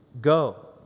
Go